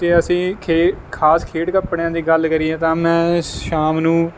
ਤੇ ਅਸੀਂ ਖੇ ਖਾਸ ਖੇਡ ਕੱਪੜਿਆਂ ਦੀ ਗੱਲ ਕਰੀਏ ਤਾਂ ਮੈਂ ਸ਼ਾਮ ਨੂੰ